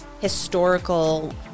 historical